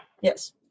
yes